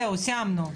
זהו, סיימנו.